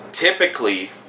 Typically